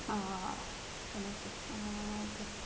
ꯀꯩꯅꯣꯁꯦ ꯀꯔꯤ